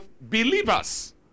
believers